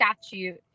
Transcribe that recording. statute